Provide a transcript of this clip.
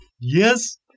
Yes